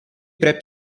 prep